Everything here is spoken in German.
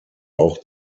auch